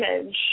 image